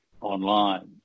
online